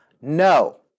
No